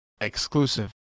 exclusive